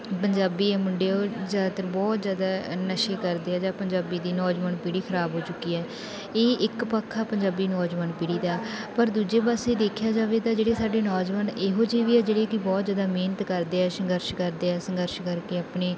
ਪੰਜਾਬੀ ਹੈ ਮੁੰਡੇ ਉਹ ਜ਼ਿਆਦਾਤਰ ਬਹੁਤ ਜ਼ਿਆਦਾ ਨਸ਼ੇ ਕਰਦੇ ਆ ਜਾਂ ਪੰਜਾਬੀ ਦੀ ਨੌਜਵਾਨ ਪੀੜ੍ਹੀ ਖ਼ਰਾਬ ਹੋ ਚੁੱਕੀ ਹੈ ਇਹ ਇੱਕ ਪੱਖ ਆ ਪੰਜਾਬੀ ਨੌਜਵਾਨ ਪੀੜ੍ਹੀ ਦਾ ਪਰ ਦੂਜੇ ਪਾਸੇ ਦੇਖਿਆ ਜਾਵੇ ਤਾਂ ਜਿਹੜੇ ਸਾਡੇ ਨੌਜਵਾਨ ਇਹੋ ਜਿਹੇ ਵੀ ਆ ਜਿਹੜੇ ਕਿ ਬਹੁਤ ਜ਼ਿਆਦਾ ਮਿਹਨਤ ਕਰਦੇ ਆ ਸੰਘਰਸ਼ ਕਰਦੇ ਆ ਸੰਘਰਸ਼ ਕਰਕੇ ਆਪਣੇ